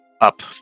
up